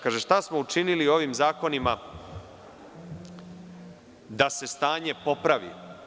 Kaže – šta smo učinili ovim zakonima da se stanje popravi?